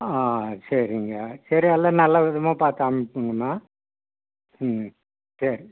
ஆ சரிங்க சரி எல்லாம் நல்லவிதமாக பார்த்து அனுப்புங்கம்மா ம் சரி